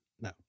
No